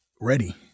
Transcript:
ready